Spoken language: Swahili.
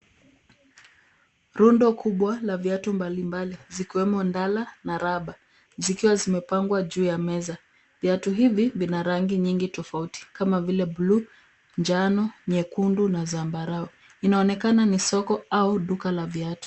Rundo kubwa la viatu mbalimbali zikiwemo ndala na raba, zikiwa zimepangwa juu ya meza. Viatu hivi vina rangi nyingi tofauti kama vile buluu, njano, nyekundu na zambarau. Inaonekana ni soko au duka la viatu.